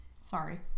Sorry